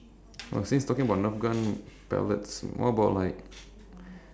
or it will be it will be a sport it will be a blood sport